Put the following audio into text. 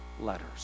letters